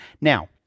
Now